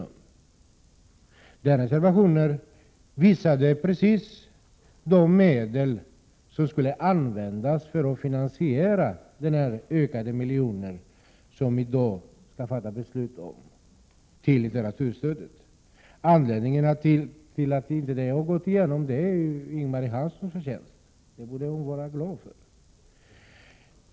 Den reservationen anvisade precis de medel som skulle användas för att finansiera den miljon i ökat litteraturstöd som vi i dag skall fatta beslut om. Att detta har gått igenom är Ing-Marie Hanssons förtjänst, och det borde hon vara glad över.